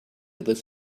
this